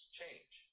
change